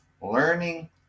Learning